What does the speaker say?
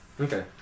okay